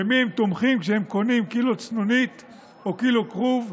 במי הם תומכים כשהם קונים קילו צנונית או קילו כרוב,